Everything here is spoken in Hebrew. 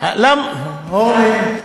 למה אורלי,